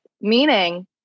Meaning